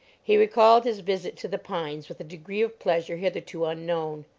he recalled his visit to the pines with a degree of pleasure hitherto unknown.